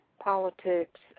politics